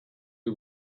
who